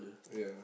ya